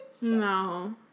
No